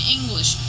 English